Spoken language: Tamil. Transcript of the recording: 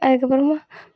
அதுக்கு அப்புறமா